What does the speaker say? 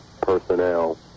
personnel